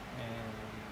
and